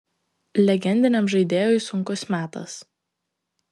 legendiniam žaidėjui sunkus metas